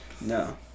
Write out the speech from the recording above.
No